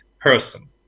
person